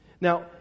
Now